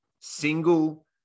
single